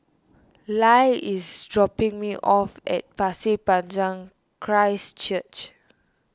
Lyle is dropping me off at Pasir Panjang Christ Church